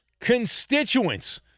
constituents